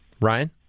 Ryan